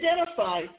Identify